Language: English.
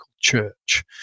church